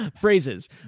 Phrases